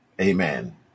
Amen